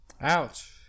ouch